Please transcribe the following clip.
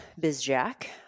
Bizjack